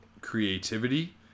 creativity